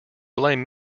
blame